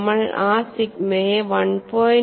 നമ്മൾ ആ സിഗ്മയെ 1